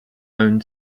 own